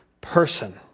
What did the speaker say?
person